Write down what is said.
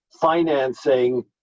financing